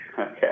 Okay